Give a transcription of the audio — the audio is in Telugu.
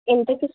ఎంతకి